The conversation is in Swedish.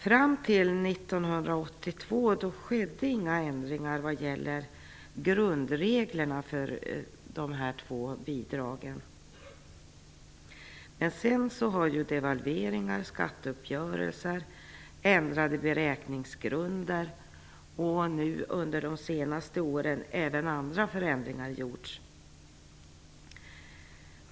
Fram till 1982 skedde inga ändringar vad gäller grundreglerna för de två bidragen. Sedan har devalveringar, skatteuppgörelser, ändrade beräkningsgrunder och under de senaste åren även andra förändringar tillkommit.